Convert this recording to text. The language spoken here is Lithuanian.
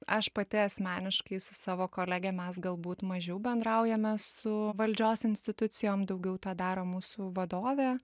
aš pati asmeniškai su savo kolege mes galbūt mažiau bendraujame su valdžios institucijom daugiau tą daro mūsų vadovė